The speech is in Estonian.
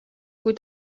kui